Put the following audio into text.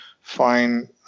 fine